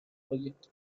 proyecto